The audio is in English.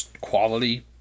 quality